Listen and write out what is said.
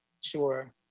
sure